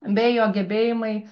bei jo gebėjimai